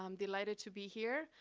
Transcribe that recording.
um delighted to be here.